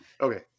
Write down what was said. okay